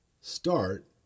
Start